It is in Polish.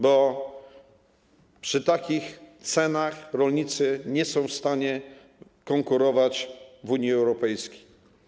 Bo przy takich cenach rolnicy nie są w stanie konkurować w Unii Europejskiej.